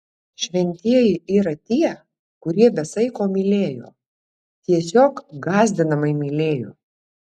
šventieji yra tie kurie be saiko mylėjo tiesiog gąsdinamai mylėjo